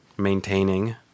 maintaining